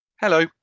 Hello